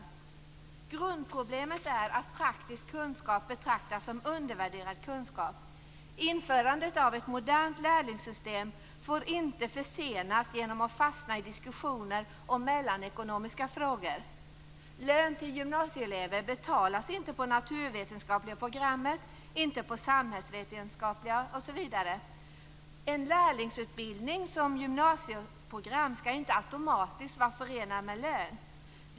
Grundproblemet är att praktisk kunskap betraktas som undervärderad kunskap. Införandet av ett modernt lärlingssystem får inte försenas genom att man fastnar i diskussioner om mellanekonomiska frågor. Lön till gymnasieelever betalas inte på naturvetenskapliga programmet, inte på samhällsvetenskapliga programmet osv. En lärlingsutbildning som gymnasieprogram skall inte automatiskt vara förenad med lön.